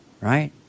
right